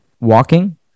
walking